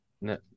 No